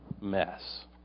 mess